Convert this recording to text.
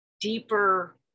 deeper